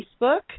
facebook